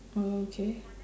mm okay